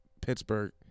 Pittsburgh